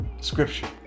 Scripture